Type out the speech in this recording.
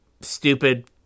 stupid